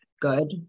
good